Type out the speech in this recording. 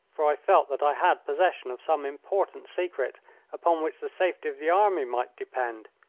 for i felt that i had possession of some important secret upon which the safety of the army might depend,